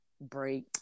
break